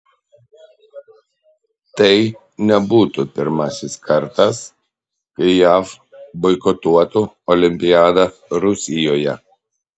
tai nebūtų pirmasis kartas kai jav boikotuotų olimpiadą rusijoje